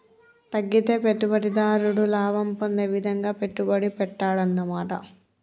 తగ్గితే పెట్టుబడిదారుడు లాభం పొందే విధంగా పెట్టుబడి పెట్టాడన్నమాట